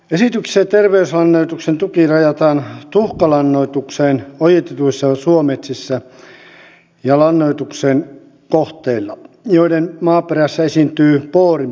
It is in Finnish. esityksessä terveyslannoituksen tuki rajataan tuhkalannoitukseen ojitetuissa suometsissä ja lannoituksen kohteilla joiden maaperässä esiintyy boorin puutosta